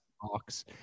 box